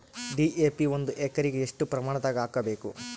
DAP ಒಂದು ಎಕರಿಗ ಎಷ್ಟ ಪ್ರಮಾಣದಾಗ ಹಾಕಬೇಕು?